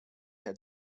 had